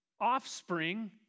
offspring